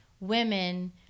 women